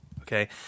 okay